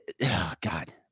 God